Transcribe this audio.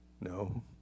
No